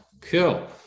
Cool